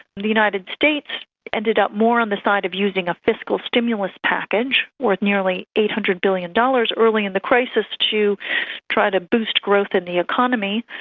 the united states ended up more on the side of using a fiscal stimulus package or nearly eight hundred billion dollars early in the crisis to try to boost growth in the economy.